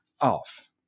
off